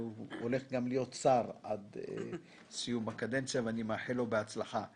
אבל הוא יהיה שר עד סיום הקדנציה - אני מאחל לו בהצלחה.